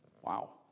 Wow